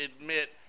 admit